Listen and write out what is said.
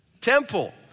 temple